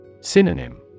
Synonym